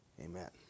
Amen